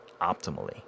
optimally